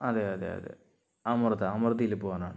അതെ അതെ അതെ അമൃത അമൃതയില് പോവാനാണ്